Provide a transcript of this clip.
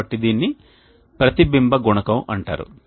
కాబట్టి దీనిని ప్రతిబింబ గుణకం అంటారు